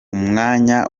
umwanya